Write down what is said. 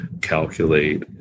calculate